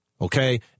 Okay